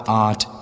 art